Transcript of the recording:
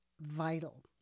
vital